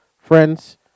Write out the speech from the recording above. friends